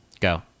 Go